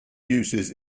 uses